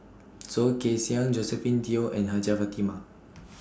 Soh Kay Siang Josephine Teo and Hajjah Fatimah